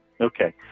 Okay